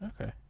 okay